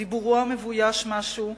דיבורו המבויש משהו,